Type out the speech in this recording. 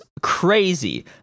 crazy